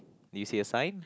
do you see a sign